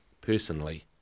personally